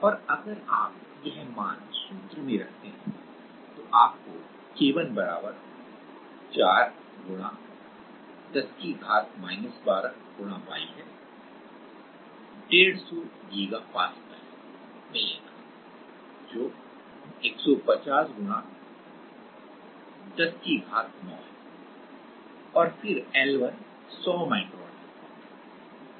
और अगर आप यह मान सूत्र में रखते हैं तो आपको K1 4 10 Y है 150 गीगा पास्कल मिलेगा जोकि 150 10 9 है और फिर L1 100 माइक्रोन है